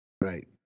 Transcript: Right